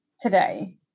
today